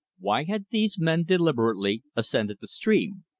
why had these men deliberately ascended the stream?